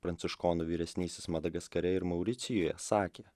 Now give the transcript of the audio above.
pranciškonų vyresnysis madagaskare ir mauricijuje sakė